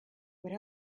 what